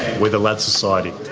we're the lads society.